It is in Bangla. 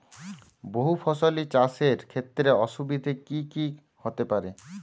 বহু ফসলী চাষ এর ক্ষেত্রে অসুবিধে কী কী হতে পারে?